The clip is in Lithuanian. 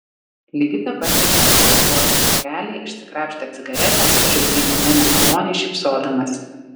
ligita pasiekė marlboro pakelį išsikrapštė cigaretę pažvelgė į mane nemaloniai šypsodamasi